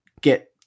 get